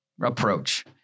approach